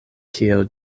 kiel